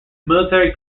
military